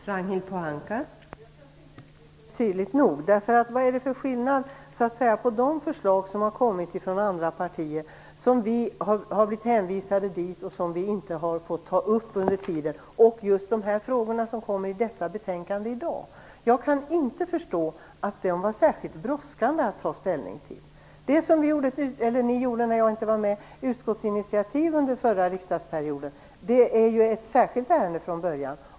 Fru talman! Jag kanske inte uttryckte mig tydligt nog. Vad är det för skillnad mellan de förslag som har kommit från andra partier, som vi har blivit hänvisade till och som vi inte har fått ta upp under tiden som utredningen pågått och just de frågor som tas upp i detta betänkande i dag? Jag kan inte förstå att de är särskilt brådskande att ta ställning till. Det utskottsinitiativ som togs när jag inte var med, under den förra riksdagsperioden, är ett särskilt ärende från början.